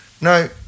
No